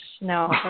No